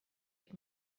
had